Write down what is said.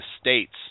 states